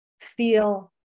feel